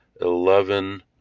eleven